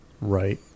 Right